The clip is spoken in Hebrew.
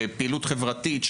פעילות חברתית,